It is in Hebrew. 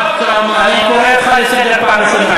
אני קורא אותך לסדר פעם ראשונה.